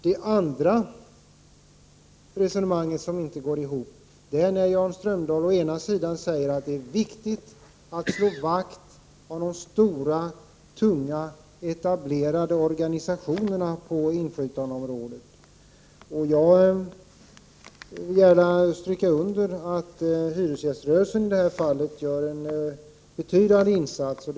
Det andra resonemanget som inte går ihop är när Jan Strömdahl säger att det är viktigt att slå vakt om de stora, tunga, etablerade organisationerna på inflytandeområdet. Jag vill gärna styrka under att hyresgäströrelsen i det här fallet gör betydande insatser.